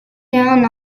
down